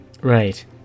Right